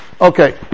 okay